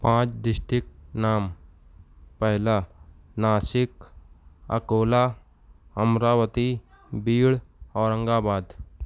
پانچ ڈسٹک نام پہلا ناسک اکولا امراوتی بیڑھ اورنگ آباد